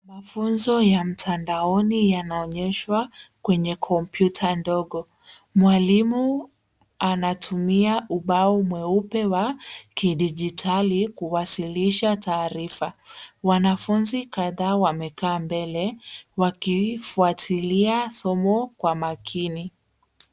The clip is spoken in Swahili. Mafunzo ya mtandaoni yanaonyeshwa kwenye kompyuta ndogo. Mwalimu anatumia ubao mweupe wa kidijitali kuwasilisha taarifa. Wanafunzi kadhaa wamekaa mbele wakifuatilia somo kwa makini.